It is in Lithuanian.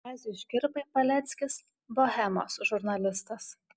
kaziui škirpai paleckis bohemos žurnalistas